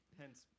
Hence